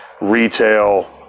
retail